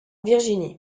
virginie